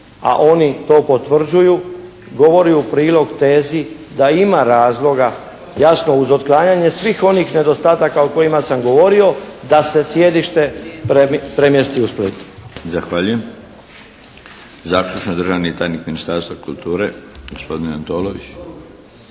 a oni to potvrđuju govori u prilog tezi da ima razloga, jasno uz otklanjanje svih onih nedostataka o kojima sam govorio da se sjedište premjesti u Splitu. **Milinović, Darko (HDZ)** Zahvaljujem. Zaključno, državni tajnik Ministarstva kulture, gospodin Antolović.